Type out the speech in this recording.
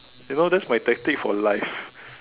you know that's my tactic for life